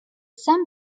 some